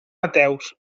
ateus